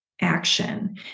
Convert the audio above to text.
action